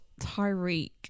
Tyreek